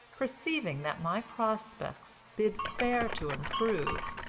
perceiving that my prospects bid fair to improve.